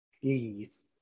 Please